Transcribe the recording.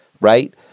Right